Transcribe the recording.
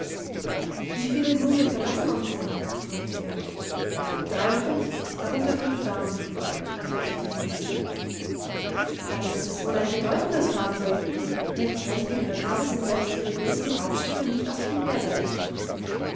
wie viele nume verlassen uns denn fragte er dreiundfünfzig darunter fünf damen antwortete jo dann ist es wohl ein bedeutendes fahrzeug wenn ich recht gehört habe sind selbst ihre größten raumschiffe nicht auf viel mehr berechnet